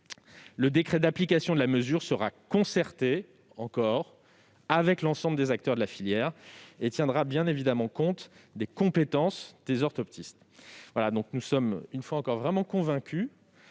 le décret d'application de la mesure sera concerté, là encore, avec l'ensemble des acteurs de la filière. Il tiendra bien évidemment compte des compétences des orthoptistes. Je le répète : nous sommes vraiment convaincus